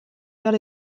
behar